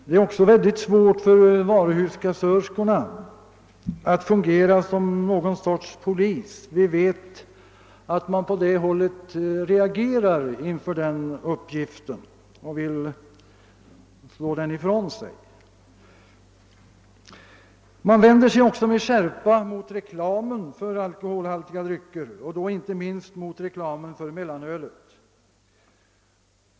Det är också svårt för varuhuskassörskorna att fungera som någon sorts polis; vi vet att de reagerat häremot. Man vänder sig också med skärpa mot reklamen för alkoholhaltiga drycker och då inte minst mot reklamen för mellanölet.